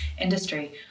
industry